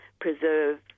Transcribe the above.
preserve